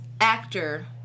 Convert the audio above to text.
actor